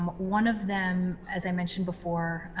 um one of them as i mentioned before,